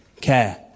care